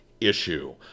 issue